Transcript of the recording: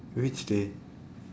which day